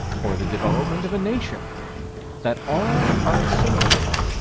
or the development of a nation that all are assimilative,